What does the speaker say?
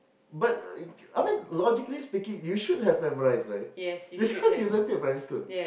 but I mean logically speaking you should have memorise right because you learnt it in primary school